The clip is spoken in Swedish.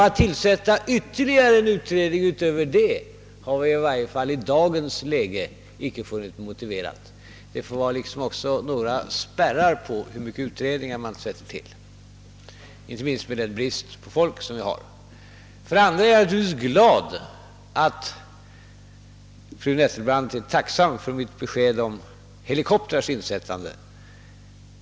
Att tillsätta ytterligare en utredning har vi i varje fall i dagens läge inte funnit motiverat. Det får också vara någon spärr vid tillsättandet av utredningar — inte minst med tanke på den brist på lämpligt folk som vi har. Jag är naturligtvis glad över att fru Nettelbrandt är tacksam för mitt besked om insättande av helikoptrar.